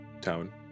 town